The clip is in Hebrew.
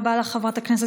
קחו למשל את מגזר